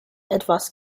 etwas